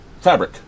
fabric